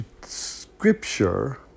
Scripture